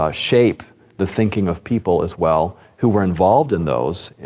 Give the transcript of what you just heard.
ah shape the thinking of people as well, who were involved in those,